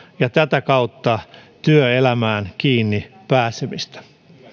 ja tätä kautta työelämään kiinni pääsemistä